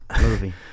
movie